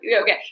okay